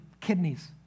kidneys